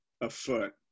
afoot